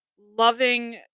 loving